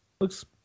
looks